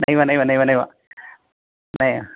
नैव नैव नैव नैव नै